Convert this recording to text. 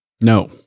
No